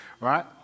Right